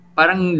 parang